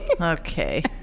Okay